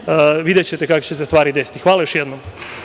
videćete kako će se stvari desiti. Hvala još jednom.